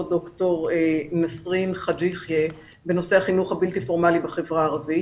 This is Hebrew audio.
דוקטור נסרין חאג' יחיא בנושא החינוך הבלתי פורמלי בחברה הערבית